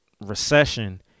recession